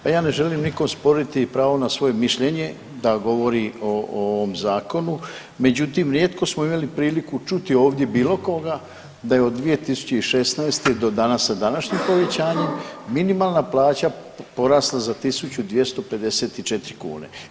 Pa ja ne želim nikom osporiti pravo na svoje mišljenje da govori o ovom zakonu, međutim rijetko smo imali priliku čuti ovdje bilo koga da je od 2016. do danas sa današnjim povećanjem minimalna plaća porasla za 1.254 kune.